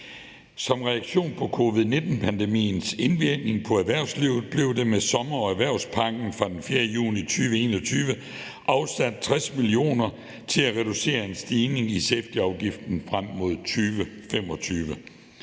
Som reaktion på covid-19-pandemiens indvirkning på erhvervslivet blev der med sommer- og erhvervspakken fra den 4. juni 2021 afsat 60 mio. kr. til at justere en stigning i safetyafgiften frem mod 2025.